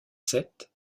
sept